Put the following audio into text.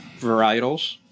varietals